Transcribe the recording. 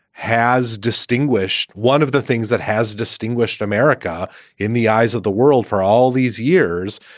has distinguished one of the things that has distinguished america in the eyes of the world for all these years.